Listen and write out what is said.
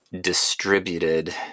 distributed